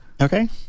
Okay